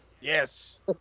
Yes